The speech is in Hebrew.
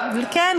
כן,